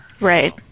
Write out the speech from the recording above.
Right